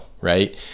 right